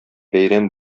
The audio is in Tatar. бәйрәм